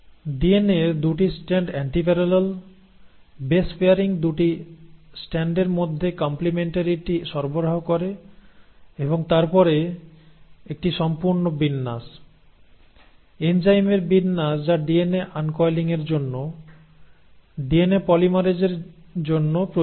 ডিএনএর 2 টি strand antiparallel base pairing 2 টি স্ট্র্যান্ডের মধ্যে কম্প্লেমেন্টারিটি সরবরাহ করে এবং তারপরে একটি সম্পূর্ণ বিন্যাস এনজাইমের বিন্যাস যা ডিএনএ আনকয়েলিংয়ের জন্য ডিএনএ পলিমারাইজেশনের জন্য প্রয়োজনীয়